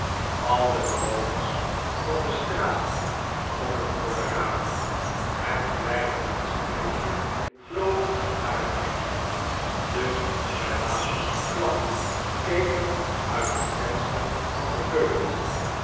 al de bewoners van de straat stonden voor de ramen het kleine dienstmeisje vloog naar het hekje de mesdames clapp keken uit het venster van de keuken